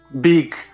big